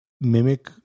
mimic